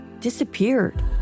disappeared